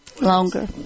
Longer